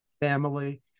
family